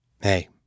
Hey